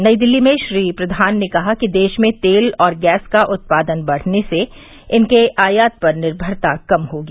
नई दिल्ली में श्री प्रधान ने कहा कि देश में तेल और गैस का उत्पादन बढ़ने से इनके आयात पर निर्भरता कम होगी